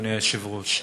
אדוני היושב-ראש,